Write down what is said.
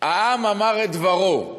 העם אמר את דברו,